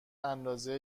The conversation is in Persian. اندازه